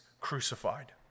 crucified